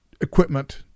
equipment